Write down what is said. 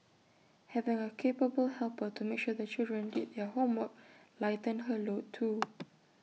having A capable helper to make sure the children did their homework lightened her load too